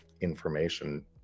information